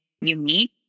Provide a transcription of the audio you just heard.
unique